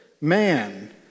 man